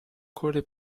corre